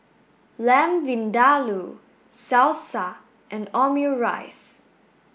Lamb Vindaloo Salsa and Omurice